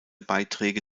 beiträge